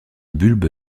bulbe